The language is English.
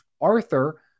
Arthur